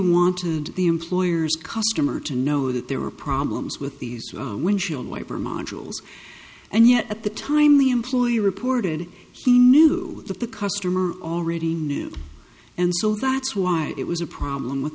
wanted the employer's customer to know that there were problems with these windshield wiper modules and yet at the time the employee reported it she knew that the customer already knew and so that's why it was a problem with